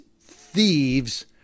thieves